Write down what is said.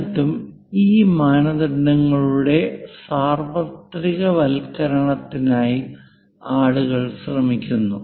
എന്നിട്ടും ഈ മാനദണ്ഡങ്ങളുടെ സാർവത്രികവൽക്കരണത്തിനായി ആളുകൾ ശ്രമിക്കുന്നു